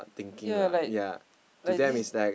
yea like like this